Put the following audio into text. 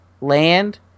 land